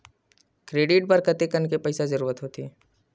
Credit बर कतेकन पईसा के जरूरत होथे?